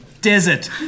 desert